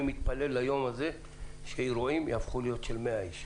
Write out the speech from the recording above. אני מתפלל ליום בו אירועים יהיו עם 100 איש,